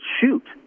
shoot